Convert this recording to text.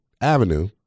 Avenue